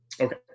Okay